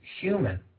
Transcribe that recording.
human